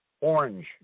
orange